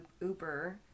Uber